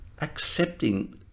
Accepting